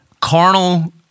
carnal